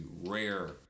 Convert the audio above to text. rare